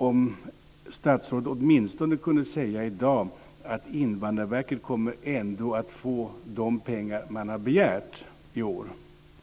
Om statsrådet åtminstone kunde säga i dag att Invandrarverket kommer att få de pengar som man har begärt i år